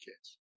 kids